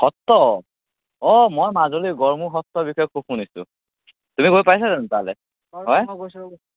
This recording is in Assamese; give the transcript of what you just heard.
সত্ৰ অঁ মই মাজুলী গড়মূৰ সত্ৰৰ বিষয়ে খুব শুনিছোঁ তুমি গৈ পাইছা জানো তালে হয় কৈছো